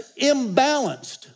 imbalanced